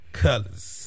colors